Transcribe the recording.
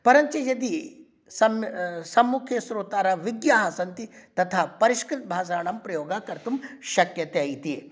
परञ्च यदि सम्म् सम्मुखे श्रोतारः विज्ञाः सन्ति तथा परिष्कृतभाषाणां प्रयोगः कर्तुं शक्यते इति